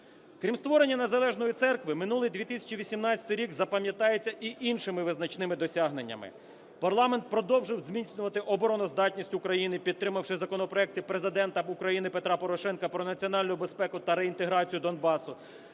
Крім створення незалежної церкви минулий 2018 рік запам'ятається і іншими визначними досягненнями. Парламент продовжив зміцнювати обороноздатність України, підтримавши законопроекти Президента України Петра Порошенка про національну безпеку та реінтеграцію Донбасу,